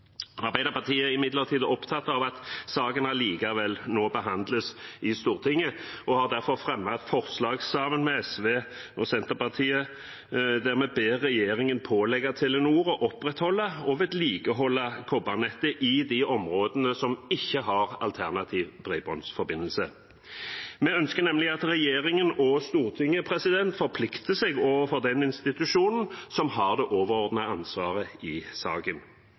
Arbeiderpartiet er imidlertid opptatt av at saken allikevel nå behandles i Stortinget, og har derfor fremmet et forslag sammen med SV og Senterpartiet der vi ber regjeringen pålegge Telenor å opprettholde og vedlikeholde kobbernettet i de områdene som ikke har alternativ bredbåndsforbindelse. Vi ønsker nemlig at regjeringen og Stortinget forplikter seg overfor den institusjonen som har det overordnede ansvaret i saken.